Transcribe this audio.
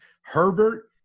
herbert